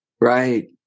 Right